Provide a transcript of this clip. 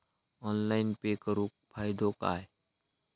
Online pay करुन फायदो काय?